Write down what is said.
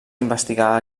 investigar